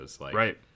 Right